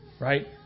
Right